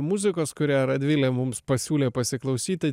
muzikos kurią radvilė mums pasiūlė pasiklausyti